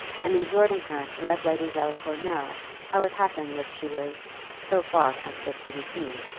and exhorting her to let lady delacour know how it happened that she was so far from fit to be seen.